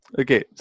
okay